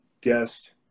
guest